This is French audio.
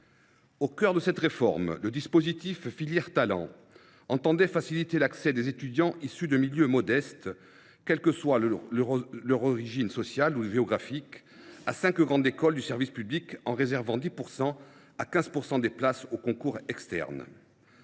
Au cœur de cette réforme, le dispositif des filières Talents avait pour objet de faciliter l’accès des étudiants issus de milieux modestes, quelle que soit leur origine sociale ou géographique, à cinq grandes écoles de service public, en leur réservant 10 % à 15 % des places offertes aux concours externes.